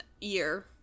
year